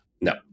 No